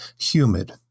humid